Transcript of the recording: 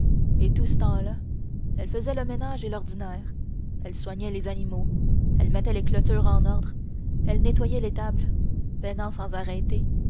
et tout ce temps-là elle faisait le ménage et l'ordinaire elle soignait les animaux elle mettait les clôtures en ordre elle nettoyait l'étable peinant sans arrêter